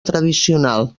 tradicional